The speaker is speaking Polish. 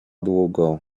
długo